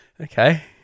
Okay